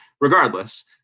regardless